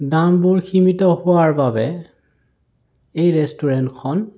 দামবোৰ সীমিত হোৱাৰ বাবে এই ৰেষ্টুৰেণ্টখন